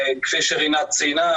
כפי שרינת ציינה,